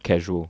casual